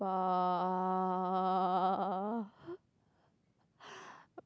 uh